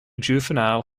juvenile